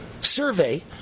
survey